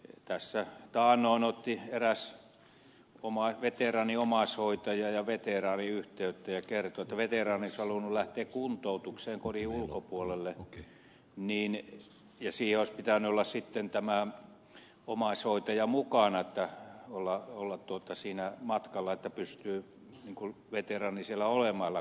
tässä taannoin otti eräs veteraanin omaishoitaja ja veteraani yhteyttä ja kertoi että veteraani olisi halunnut lähteä kuntoutukseen kodin ulkopuolelle ja olisi pitänyt olla sitten tämä omaishoitaja mukana siinä matkalla että pystyy veteraani olemaan siellä kuntoutuksessa